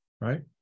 right